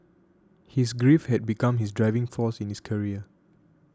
his grief had become his driving force in his career